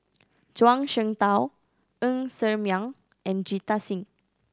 Zhuang Shengtao Ng Ser Miang and Jita Singh